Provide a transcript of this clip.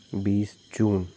बीस जून